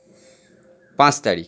পাঁচ তারিখ